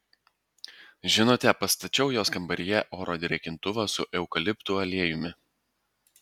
žinote pastačiau jos kambaryje oro drėkintuvą su eukaliptų aliejumi